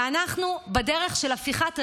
ואנחנו בדרך של הפיכת הזבל,